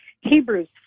Hebrews